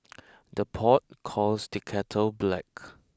the pot calls the kettle black